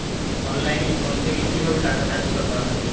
অনলাইনে ফোন থেকে কিভাবে টাকা ট্রান্সফার করা হয়?